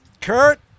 Kurt